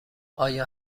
آیا